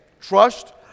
trust